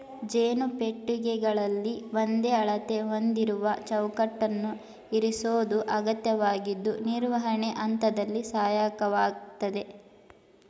ಜೇನು ಪೆಟ್ಟಿಗೆಗಳಲ್ಲಿ ಒಂದೇ ಅಳತೆ ಹೊಂದಿರುವ ಚೌಕಟ್ಟನ್ನು ಇರಿಸೋದು ಅಗತ್ಯವಾಗಿದ್ದು ನಿರ್ವಹಣೆ ಹಂತದಲ್ಲಿ ಸಹಾಯಕವಾಗಯ್ತೆ